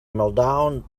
meltdown